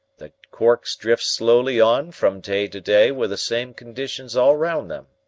the corks drift slowly on from day to day with the same conditions all round them.